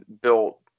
built